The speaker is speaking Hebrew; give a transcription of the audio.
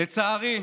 לצערי,